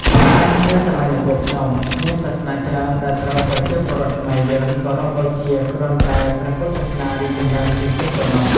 ដូច្នេះនៅសម័យនគរភ្នំ មានសាសនាច្រើនដែលត្រូវប្រជាពលរដ្ឋខ្មែរយើង គោរពបូជាគ្រាន់តែព្រះពុទ្ធសាសនារីកចម្រើនជាងគេប៉ុណ្ណោះ ។